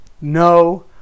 no